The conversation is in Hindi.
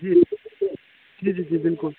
जी जी जी बिल्कुल